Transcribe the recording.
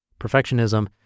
Perfectionism